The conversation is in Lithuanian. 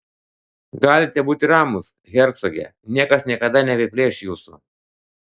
galite būti ramus hercoge niekas niekada neapiplėš jūsų